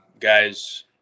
guys